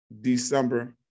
December